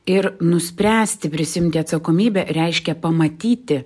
ir nuspręsti prisiimti atsakomybę reiškia pamatyti